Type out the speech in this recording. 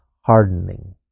hardening